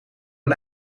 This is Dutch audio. een